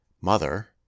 Mother